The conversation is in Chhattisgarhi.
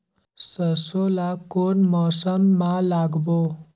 सरसो ला कोन मौसम मा लागबो?